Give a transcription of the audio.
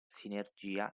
sinergia